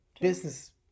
Business